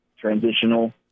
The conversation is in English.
transitional